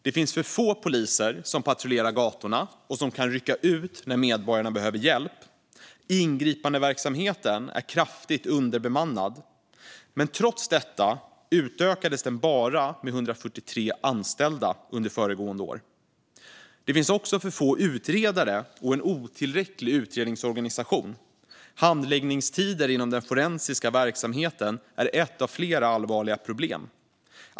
Det finns för få poliser som patrullerar gatorna och som kan rycka ut när medborgarna behöver akut hjälp. Ingripandeverksamheten är kraftigt underbemannad. Trots detta utökades den bara med 143 anställda under föregående år. Det finns också för få utredare och en otillräcklig utredningsorganisation. Handläggningstider inom den forensiska verksamheten är ett av flera allvarliga problem.